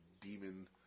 demon